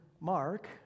Mark